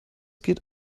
geht